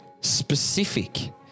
specific